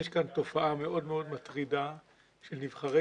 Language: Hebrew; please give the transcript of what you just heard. יש כאן תופעה מאוד מאוד מטרידה של נבחרי